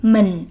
Mình